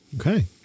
Okay